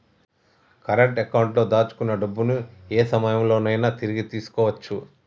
current అకౌంట్లో దాచుకున్న డబ్బుని యే సమయంలోనైనా తిరిగి తీసుకోవచ్చు